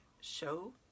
show